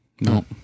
No